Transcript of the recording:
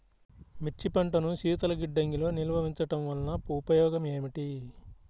మిర్చి పంటను శీతల గిడ్డంగిలో నిల్వ ఉంచటం వలన ఉపయోగం ఏమిటి?